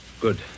Good